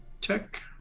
check